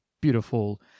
beautiful